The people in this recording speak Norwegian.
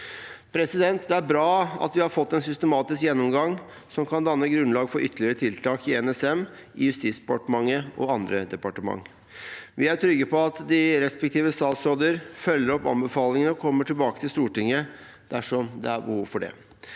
kontrakten. Det er bra at vi har fått en systematisk gjennomgang, som kan danne grunnlag for ytterligere tiltak i NSM, i Justisdepartementet og andre departement. Vi er trygge på at de respektive statsråder følger opp anbefalingene og kommer tilbake til Stortinget dersom det er behov for det.